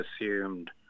assumed